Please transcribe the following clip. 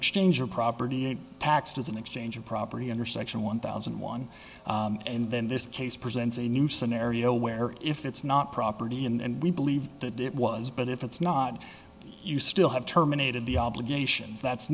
exchange or property is taxed as an exchange of property under section one thousand and one and then this case presents a new scenario where if it's not property and we believe that it was but if it's not you still have terminated the obligations that's